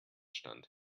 stand